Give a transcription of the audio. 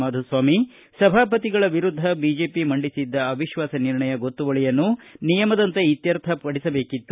ಮಾಧುಸ್ವಾಮಿ ಸಭಾಪತಿಗಳ ವಿರುದ್ಧ ಬಿಜೆಪಿ ಮಂಡಿಸಿದ್ದ ಅವಿಶ್ವಾಸ ನಿರ್ಣಯ ಗೊತ್ತುವಳಿಯನ್ನು ನಿಯಮದಂತೆ ಇತ್ಯರ್ಥಪಡಿಸಬೇಕಿತ್ತು